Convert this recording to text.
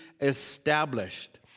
established